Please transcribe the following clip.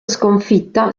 sconfitta